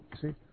See